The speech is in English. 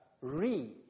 read